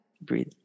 Breathe